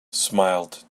smiled